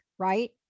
right